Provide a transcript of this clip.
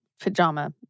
pajama